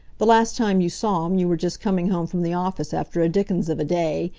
the last time you saw him you were just coming home from the office after a dickens of a day,